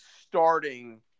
starting –